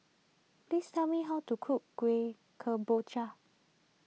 please tell me how to cook Kueh Kemboja